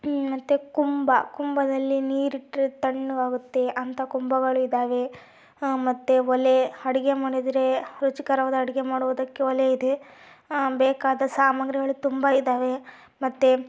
ಮತ್ತೆ ಕುಂಭ ಕುಂಭದಲ್ಲಿ ನೀರಿಟ್ಟು ತಣ್ಣಗಾಗುತ್ತೆ ಅಂಥ ಕುಂಭಗಳಿದ್ದಾವೆ ಮತ್ತೆ ಒಲೆ ಅಡುಗೆ ಮನೆಂದ್ರೇ ರುಚಿಕರವಾದ ಅಡುಗೆ ಮಾಡೋದಕ್ಕೆ ಒಲೆ ಇದೆ ಬೇಕಾದ ಸಾಮಾಗ್ರಿಗಳು ತುಂಬ ಇದ್ದಾವೆ ಮತ್ತೆ